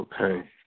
Okay